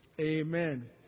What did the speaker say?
Amen